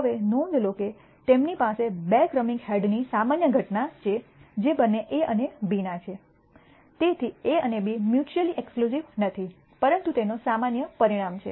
હવે નોંધ લો કે તેમની પાસે બે ક્રમિક હેડની સામાન્ય ઘટના છે જે બંને A અને B ના છે તેથી A અને B મ્યૂચૂઅલી એક્સક્લૂસિવ નથી પરંતુ તેનો સામાન્ય પરિણામ છે